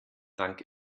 dank